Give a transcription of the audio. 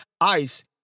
ice